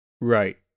Right